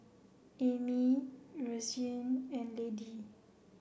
Amy Roseanne and Lady